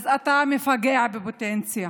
אז אתה מפגע בפוטנציה